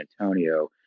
Antonio